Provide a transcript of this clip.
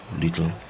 little